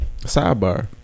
Sidebar